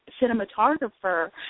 cinematographer